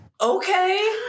Okay